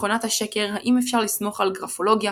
מכונת השקר - האם אפשר לסמוך על גרפולוגיה,